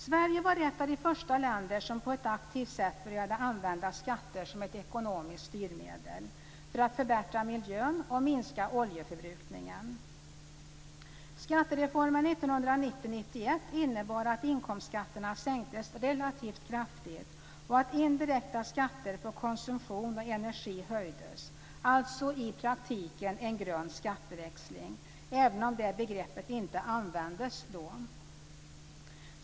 Sverige var ett av de första länderna som på ett aktivt sätt började använda skatter som ett ekonomiskt styrmedel för att förbättra miljön och minska oljeförbrukningen. Skattereformen 1990-1991 innebar att inkomstskatterna sänktes relativt kraftigt och att indirekta skatter på konsumtion och energi höjdes, alltså i praktiken en "grön skatteväxling", även om det begreppet inte användes då.